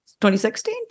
2016